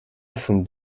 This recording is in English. often